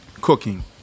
cooking